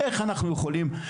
איך אנחנו יכולים?